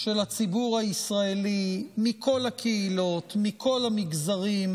של הציבור הישראלי מכל הקהילות, מכל המגזרים,